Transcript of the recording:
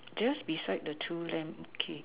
just beside the two length